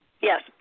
yes